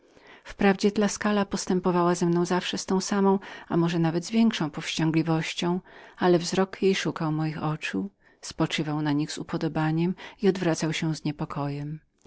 wprawdzie tuskula postępowała ze mną zawsze z tą samą a może nawełnawet większą powściągliwością ale wzrok jej szukał mego spoczywał na nim z upodobaniem i odwracał się z